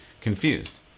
confused